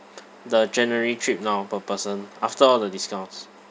the january trip now per person after all the discounts